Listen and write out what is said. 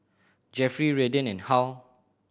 Jeffery Redden and Hal